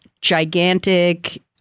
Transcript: gigantic